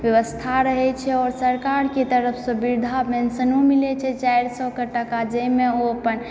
व्यवस्था रहै छै और सरकार के तरफ सऽ वृद्धा पेंशनो मिलै छै चारि सए कऽ टका जाहि मे ओ अपन